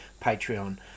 Patreon